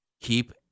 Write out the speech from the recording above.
Keep